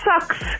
sucks